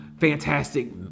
fantastic